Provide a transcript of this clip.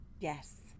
yes